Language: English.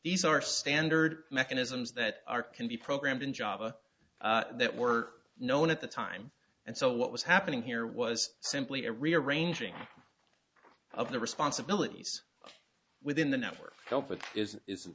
these are standard mechanisms that are can be programmed in java that were known at the time and so what was happening here was simply a rearranging of the responsibilities within the network i